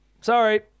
Sorry